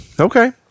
Okay